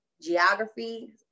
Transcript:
geography